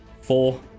Four